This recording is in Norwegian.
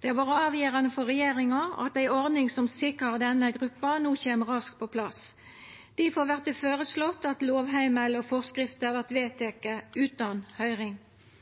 Det har vore avgjerande for regjeringa at ei ordning som sikrar denne gruppa, no kjem raskt på plass. Difor vert det føreslått at lovheimel og forskrifter vert vedtekne utan høyring.